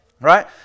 right